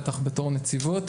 בטח בתור נציבות,